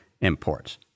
imports